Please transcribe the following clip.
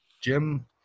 Jim